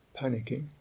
panicking